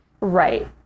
Right